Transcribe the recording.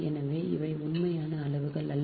எனவே இவை உண்மையான அளவுகள் அல்ல